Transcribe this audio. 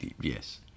Yes